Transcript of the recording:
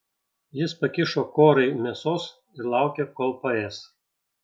jis pakišo korai mėsos ir laukė kol paės